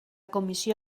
comissió